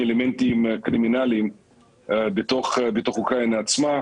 אלמנטים קרימינליים בתוך אוקראינה עצמה.